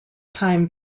time